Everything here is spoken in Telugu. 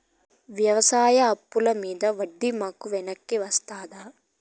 వ్యవసాయ అప్పుల మీద వడ్డీ మాకు వెనక్కి వస్తదా?